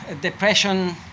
depression